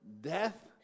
death